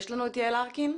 יעל ארקין,